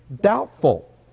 doubtful